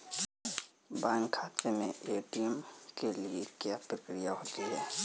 Bank खाते में ATM के लिए क्या प्रक्रिया होती है?